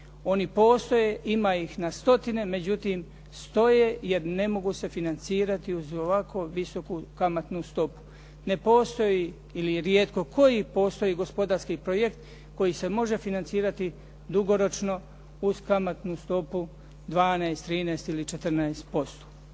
Oni postoje, ima ih na stotine. Međutim stoje jer ne mogu se financirati uz ovako visoku kamatnu stopu. Ne postoji ili rijetko koji postoji gospodarski projekt koji se može financirati dugoročno uz kamatnu stopu 12, 13 ili 14%.